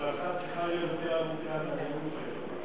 הברכה צריכה להיות יותר ארוכה מהנאום שלו.